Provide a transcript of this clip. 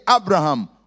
Abraham